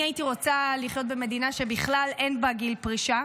אני הייתי רוצה לחיות במדינה שבכלל אין בה גיל פרישה,